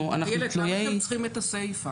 איילת, למה אתם צריכים את הסיפא?